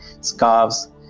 scarves